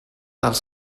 dels